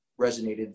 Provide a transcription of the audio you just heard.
resonated